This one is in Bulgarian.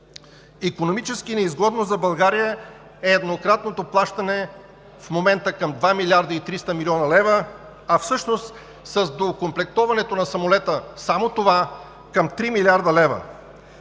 Икономически неизгодно за България е еднократното плащане – в момента към 2 млрд. 300 млн. лв., а всъщност с доокомплектоването на самолета – само това, към 3 млрд. лв.